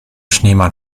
schneemann